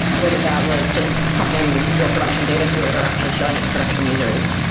whether that was just pumping real production data through it, or actually showing it to production users.